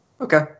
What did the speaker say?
Okay